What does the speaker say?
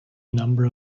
number